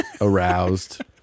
aroused